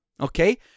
okay